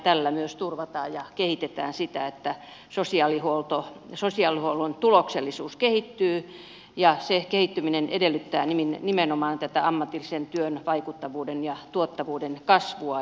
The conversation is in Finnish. tällä myös turvataan ja kehitetään sitä että sosiaalihuollon tuloksellisuus kehittyy ja se kehittyminen edellyttää nimenomaan tätä ammatillisen työn vaikuttavuuden ja tuottavuuden kasvua